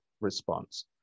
response